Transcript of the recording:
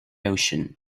ocean